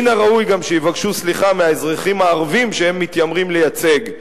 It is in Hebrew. מן הראוי גם שיבקשו סליחה מהאזרחים הערבים שהם מתיימרים לייצג.